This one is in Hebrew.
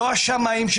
לא לגבי השמאים,